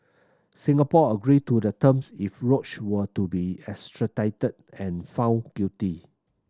Singapore agreed to the terms if Roach were to be extradited and found guilty